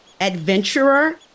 adventurer